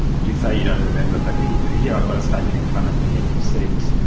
you say you don't remember, but here here i've got a statement in front of me and you've said.